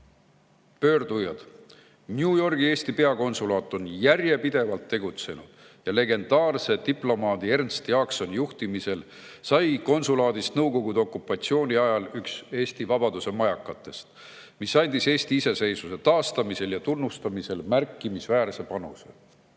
pöördujad: "New Yorgi Eesti peakonsulaat on järjepidevalt tegutsenud [aastast 1922] ja legendaarse diplomaadi Ernst Jaaksoni juhtimisel sai konsulaadist nõukogude okupatsiooni ajal üks Eesti vabaduse majakatest, mis andis Eesti iseseisvuse taastamisel ja tunnustamisel märkimisväärse panuse.